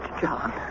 John